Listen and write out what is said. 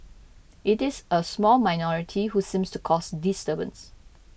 it is a small minority who seems to cause disturbance